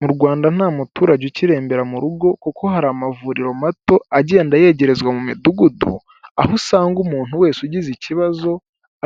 Mu Rwanda ntamuturage ukirembere mu rugo kuko hari amavuriro mato aganda yegerezwa mu midugudu, aho usanga umuntu wese ugize ikibazo